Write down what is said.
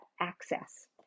access